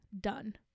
done